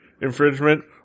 infringement